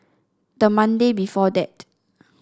the Monday before that